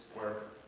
work